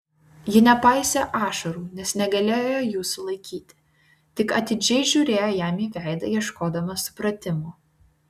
ji nepaisė ašarų nes negalėjo jų sulaikyti tik atidžiai žiūrėjo jam į veidą ieškodama supratimo